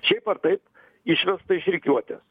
šiaip ar taip išvesta iš rikiuotės